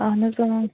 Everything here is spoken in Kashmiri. اَہَن حظ